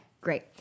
great